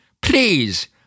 Please